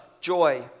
joy